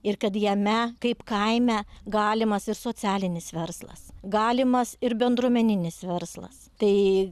ir kad jame kaip kaime galimas ir socialinis verslas galimas ir bendruomeninis verslas tai